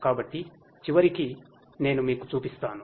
కాబట్టి చివరికి నేను మీకు చూపిస్తాను